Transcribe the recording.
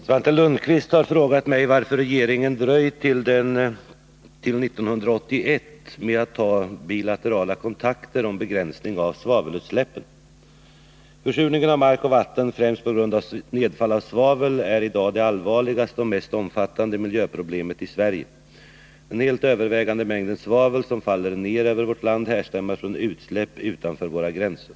Herr talman! Svante Lundkvist har frågat mig varför regeringen dröjt till 1981 med att ta bilaterala kontakter om begränsning av svavelutsläppen. Försurningen av mark och vatten, främst på grund av nedfall av svavel, är i dag det allvarligaste och mest omfattande miljöproblemet i Sverige. Den helt övervägande mängden svavel som faller ner över vårt land härstammar från utsläpp utanför våra gränser.